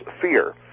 fear